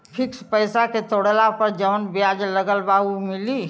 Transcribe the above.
Fix पैसा के तोड़ला पर जवन ब्याज लगल बा उ मिली?